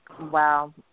Wow